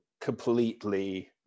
completely